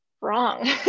wrong